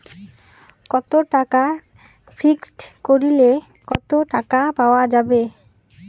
কত টাকা ফিক্সড করিলে কত টাকা পাওয়া যাবে?